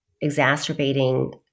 exacerbating